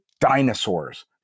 dinosaurs